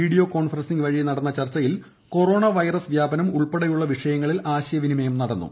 video conferencing വഴി നടന്ന ചർച്ചയിൽ കൊറോണ വൈറസ് വ്യാപനം ഉൾപ്പെടെയുള്ള വിഷയങ്ങളിൽ ആശയ വിനിമയം നടന്നു